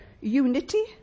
unity